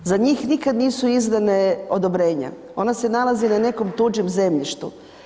Za njih nikad nisu izdana odobrenja, ona se nalaze na nekom tuđem zemljištu.